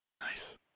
Nice